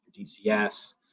DCS